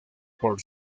por